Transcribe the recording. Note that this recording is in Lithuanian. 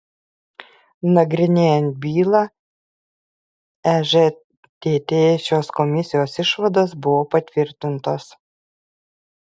nagrinėjant bylą ežtt šios komisijos išvados buvo patvirtintos